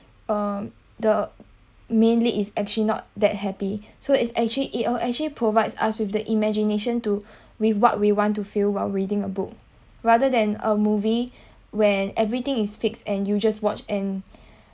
um the mainly is actually not that happy so it's actually it oh it actually provides us with the imagination to with what we want to feel while reading a book rather than a movie when everything is fixed and you just watch and